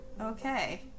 Okay